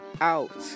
out